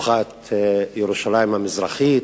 סיפחה את ירושלים המזרחית,